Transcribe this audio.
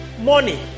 money